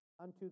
Unto